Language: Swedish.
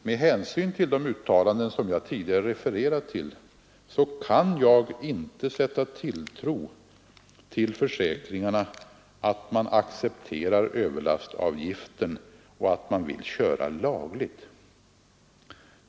Med hänsyn till de uttalanden jag tidigare har refererat till kan jag inte sätta tilltro till försäkringarna att man accepterar överlastavgiften och att man vill köra lagligt.